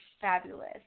fabulous